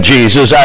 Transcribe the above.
Jesus